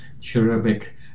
cherubic